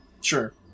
Sure